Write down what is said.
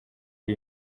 ari